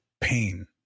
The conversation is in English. pain